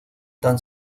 tan